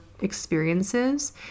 experiences